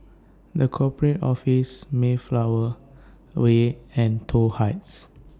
The Corporate Office Mayflower Way and Toh Heights